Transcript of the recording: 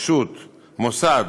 הרשות והמוסד,